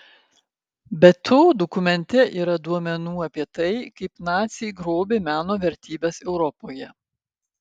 be to dokumente yra duomenų apie tai kaip naciai grobė meno vertybes europoje